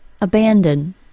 Abandon